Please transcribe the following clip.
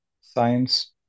science